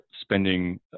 spending